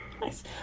nice